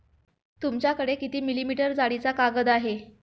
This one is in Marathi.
तुमच्याकडे किती मिलीमीटर जाडीचा कागद आहे?